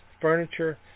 furniture